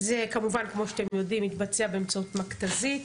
זה כמובן כמו שאתם יודעים מתבצע באמצעות מכת"זית,